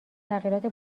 تغییرات